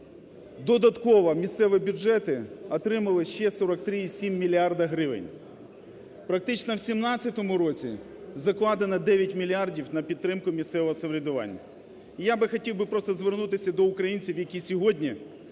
Додатково місцеві бюджети отримали ще 43,7 мільярди гривень. Практично в 2017-ому році закладено 9 мільярдів на підтримку місцевого самоврядування. Я би хотів би просто звернутися до українців, які сьогодні